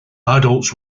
adults